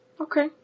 Okay